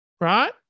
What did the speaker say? right